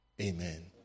amen